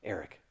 Eric